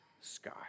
sky